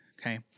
okay